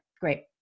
great